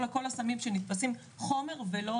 כל הסמים שנתפסים, חומר ולא